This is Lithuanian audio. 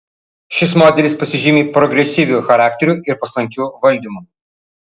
šis modelis pasižymi progresyviu charakteriu ir paslankiu valdymu